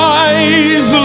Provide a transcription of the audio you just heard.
eyes